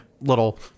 little